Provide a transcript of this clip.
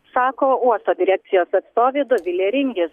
sako uosto direkcijos atstovė dovilė ringis